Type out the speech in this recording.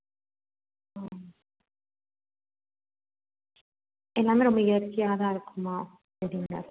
ம் எல்லாமே ரொம்ப இயற்கையாகதான் இருக்குமா எப்படிங்க